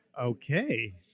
Okay